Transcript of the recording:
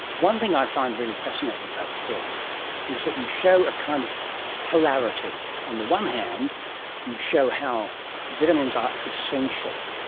one thing i find really fascinating about the film is that you show a kind of polarity. on the one hand you show how vitamins are essential.